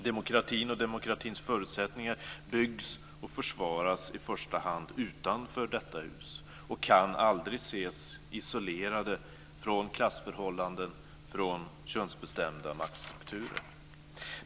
Demokratin och demokratins förutsättningar byggs och försvaras i första hand utanför detta hus och kan aldrig ses isolerade från klassförhållanden, från könsbestämda maktstrukturer.